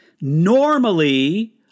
Normally